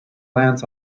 lands